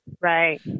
Right